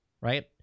right